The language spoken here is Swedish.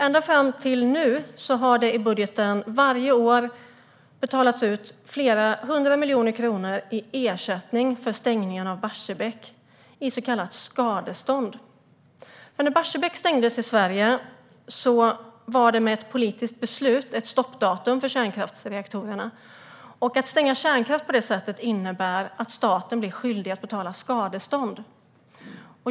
Ända fram till nu har det i budgeten, varje år, betalats ut flera hundra miljoner kronor i ersättning för stängningen av Barsebäck i så kallat skadestånd. När Barsebäck stängdes i Sverige var det med ett politiskt beslut, ett stoppdatum för kärnkraftsreaktorerna. Att stänga kärnkraft på det sättet innebär att staten blir skyldig att betala skadestånd.